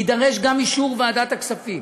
יידרש גם אישור ועדת הכספים.